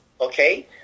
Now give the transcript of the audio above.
okay